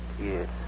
Yes